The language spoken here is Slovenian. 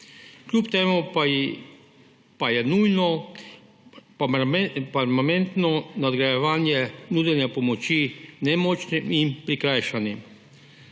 Kljub temu pa je nujno permanentno nadgrajevanje nudenja pomoči nemočnim in prikrajšanim.